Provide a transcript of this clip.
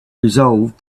resolved